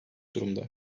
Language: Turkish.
durumda